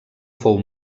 fou